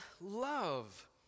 love